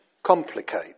complicate